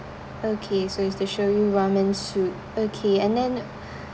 okay so it's the shoyu ramen soup okay and then